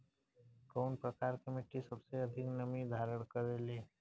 कउन प्रकार के मिट्टी सबसे अधिक नमी धारण करे ले?